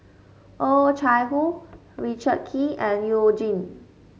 Oh Chai Hoo Richard Kee and You Jin